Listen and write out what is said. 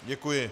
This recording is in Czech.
Děkuji.